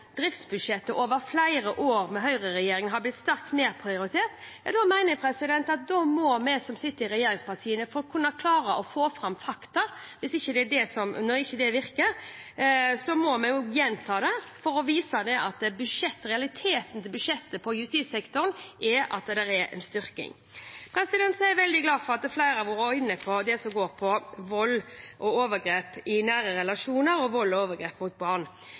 driftsbudsjettet «over flere år med høyreregjeringen har blitt sterkt nedprioritert». Da mener jeg at vi i regjeringspartiene, for å klare å få fram fakta, må gjenta det for å vise at budsjettet for justissektoren i realiteten er en styrking. Så er jeg veldig glad for at flere har vært inne på det som går på vold og overgrep i nære relasjoner og vold og overgrep mot barn.